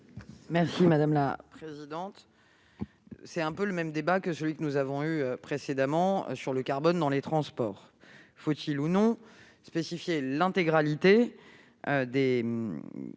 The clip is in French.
l'avis du Gouvernement ? C'est un peu le même débat que celui que nous avons eu précédemment sur le carbone dans les transports. Faut-il ou non spécifier l'intégralité des volets